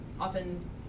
often